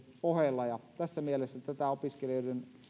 ohella ja tässä mielessä tätä opiskelijoiden opintojen